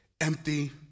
empty